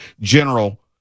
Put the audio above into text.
general